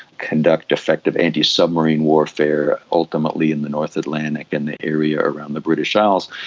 conduct effective antisubmarine warfare ultimately in the north atlantic and the area around the british isles,